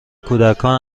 کودکان